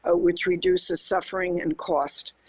ah which reduce the suffering and cost.